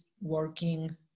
working